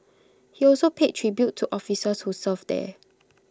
he also paid tribute to officers who served there